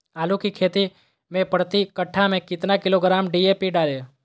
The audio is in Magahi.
आलू की खेती मे प्रति कट्ठा में कितना किलोग्राम डी.ए.पी डाले?